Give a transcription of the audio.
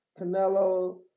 Canelo